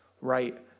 right